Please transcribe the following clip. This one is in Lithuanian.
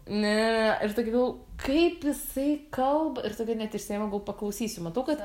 na ir tokių kaip jisai kalba ir tada net išsiėmiau gal paklausysiu matau kad